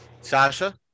Sasha